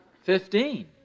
Fifteen